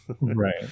Right